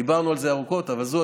דיברנו על זה ארוכות וזאת התשובה.